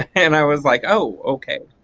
and i was like oh okay,